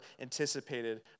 anticipated